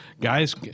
Guys